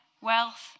wealth